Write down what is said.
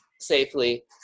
safely